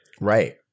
Right